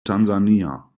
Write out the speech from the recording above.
tansania